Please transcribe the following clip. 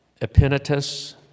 Epinetus